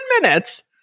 minutes